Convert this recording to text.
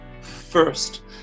first